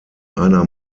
einer